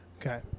okay